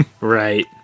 Right